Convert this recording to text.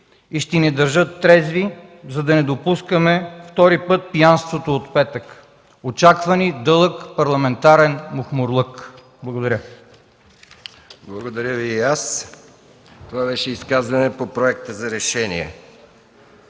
и ще ни държат трезви, за да не допускаме втори път пиянството от петък. Очаква ни дълъг парламентарен махмурлук. Благодаря. ПРЕДСЕДАТЕЛ МИХАИЛ МИКОВ: Благодаря Ви и аз. Това беше изказване по проекта за решение.